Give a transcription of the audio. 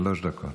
שלוש דקות.